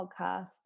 podcast